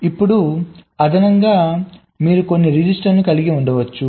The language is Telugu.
ఇప్పుడు అదనంగా మీరు కొన్ని రిజిస్టర్లను కలిగి ఉండవచ్చు